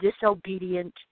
disobedient